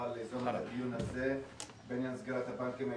ליזום את הדיון הזה בעניין סגירת הבנקים.